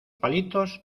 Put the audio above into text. palitos